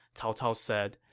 cao cao said.